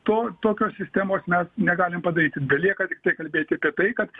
tol tokios sistemos mes negalim padaryti belieka tiktai kalbėti apie tai kad